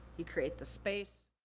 you create the space.